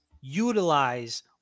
utilize –